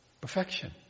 perfection